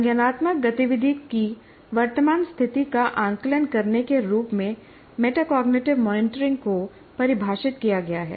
संज्ञानात्मक गतिविधि की वर्तमान स्थिति का आकलन करने के रूप में मेटाकॉग्निटिव मॉनिटरिंग को परिभाषित किया गया है